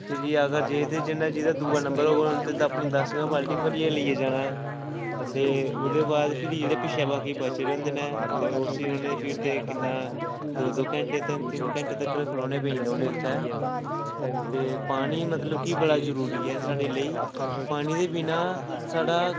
फिरी अगर जे ते जिन्नै जेह्दा दूआ नंबर होग उ'न्ने ते अपनियां दस गै बाल्टियां भरियै लेइयै जाना ते ओह्दे बाद फिरी जेह्ड़े पिच्छें बाकी बचे दे होंदे न ते उस्सी उ'नें फिर ते किन्ना दो दो घैंटे ते तीन तीन घैंटे तकर खड़ौने पेई जंदा उ'नें उत्थै ते पानी मतलब कि बड़ा जरूरी ऐ साढ़े लेई पानी दे बिना साढ़ा